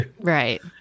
Right